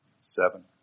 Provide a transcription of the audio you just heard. seven